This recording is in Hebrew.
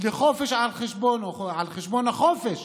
על חשבון החופש